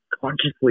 consciously